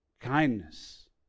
kindness